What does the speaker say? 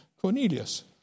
Cornelius